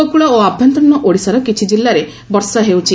ଉପକକ ଓ ଆଭ୍ୟନ୍ତରୀଣ ଓଡିଶାର କିଛି ଜିଲ୍ଲାରେ ବର୍ଷା ହେଉଛି